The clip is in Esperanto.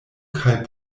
kaj